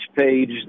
page